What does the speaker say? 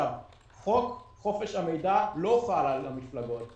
חוק חופש המידע לא חל על המפלגות.